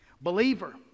Believer